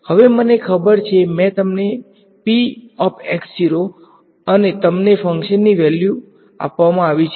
હવે મને ખબર છે મેં તમને અને તમને ફંક્શનની વેલ્યુ આપવામાં આવી છે